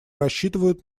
рассчитывают